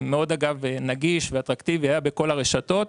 מאוד נגיש ואטרקטיבי, היה בכל הרשתות.